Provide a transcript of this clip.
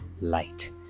light